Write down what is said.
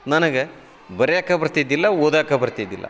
ನನಗೆ ಬರೆಯಾಕ ಬರ್ತಿದ್ದಿಲ್ಲ ಓದಾಕ ಬರ್ತಿದ್ದಿಲ್ಲ